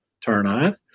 turn-on